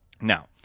Now